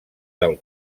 del